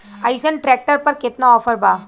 अइसन ट्रैक्टर पर केतना ऑफर बा?